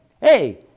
hey